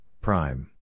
prime